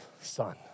son